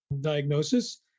diagnosis